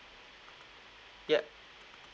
yup